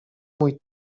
mój